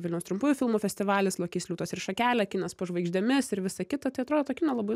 vilniaus trumpųjų filmų festivalis lokys liūtas ir šakelė kinas po žvaigždėmis ir visa kita tai atrodo to kino labai